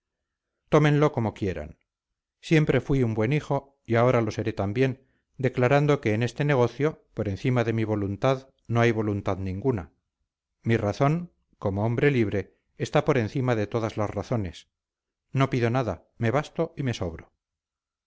tómenlo como quieran siempre fui un buen hijo y ahora lo seré también declarando que en este negocio por encima de mi voluntad no hay voluntad ninguna mi razón como hombre libre está por encima de todas las razones no pido nada me basto y me sobro